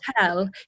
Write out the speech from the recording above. tell